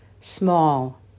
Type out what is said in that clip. small